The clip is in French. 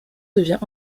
devient